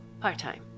part-time